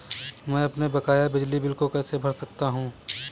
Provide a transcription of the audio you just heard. मैं अपने बकाया बिजली बिल को कैसे भर सकता हूँ?